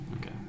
Okay